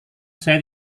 saya